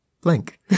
blank